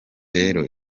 rero